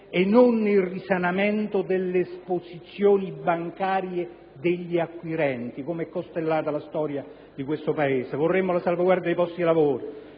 e non il risanamento delle esposizioni bancarie degli acquirenti, di cui è costellata la storia di questo Paese. Vorremmo, inoltre, la salvaguardia dei posti di lavoro,